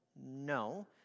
no